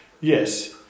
Yes